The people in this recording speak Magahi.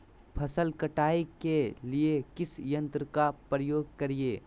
फसल कटाई के लिए किस यंत्र का प्रयोग करिये?